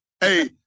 Hey